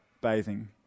bathing